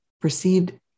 perceived